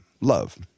Love